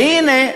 והנה,